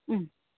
ഉം